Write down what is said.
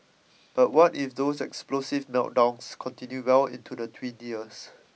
but what if those explosive meltdowns continue well into the three years